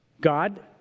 God